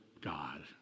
God